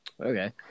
Okay